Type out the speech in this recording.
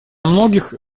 многих